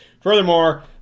Furthermore